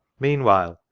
meanwhile,